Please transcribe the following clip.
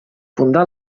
fundà